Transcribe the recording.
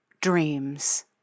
dreams